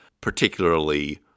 particularly